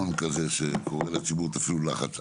אין מנגנון כזה שקורא לציבור "תפעילו לחץ".